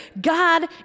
God